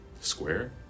Square